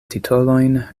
titolojn